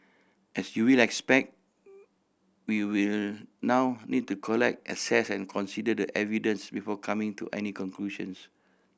as you will expect we will now need to collect assess and consider the evidence before coming to any conclusions